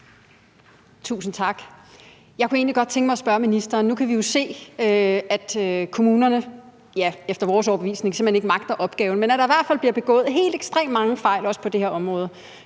Tusind tak. Jeg kunne egentlig godt tænke mig at spørge ministeren om noget. Nu kan vi jo se, at kommunerne – ja, efter vores overbevisning – simpelt hen ikke magter opgaven. Der bliver i hvert fald begået helt ekstremt mange fejl også på det her område